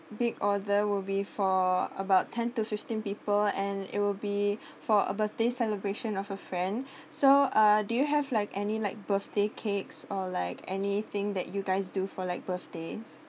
big order will be for about ten to fifteen people and it will be for a birthday celebration of a friend so uh do you have like any like birthday cakes or like any thing that you guys do for like birthdays